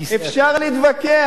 אפשר להתווכח.